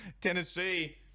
Tennessee